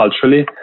culturally